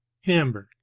Hamburg